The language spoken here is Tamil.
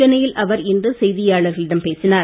சென்னையில் அவர் இன்று செய்தியாளர்களிடம் பேசினார்